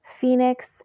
Phoenix